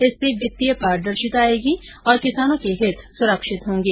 इससे वित्तीय पारदर्शिता आयेगी और किसानों के हित सुरक्षित होंगे